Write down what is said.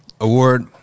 Award